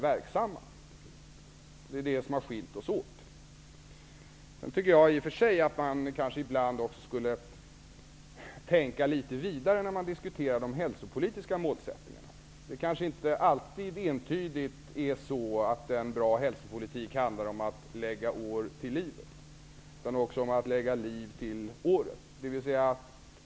Detta har skilt oss åt. Ibland skulle man kanske tänka litet vidare när man diskuterar de hälsopolitiska målsättningarna. En bra hälsopolitik kanske inte alltid entydigt handlar om att lägga år till livet utan också om att lägga liv till åren.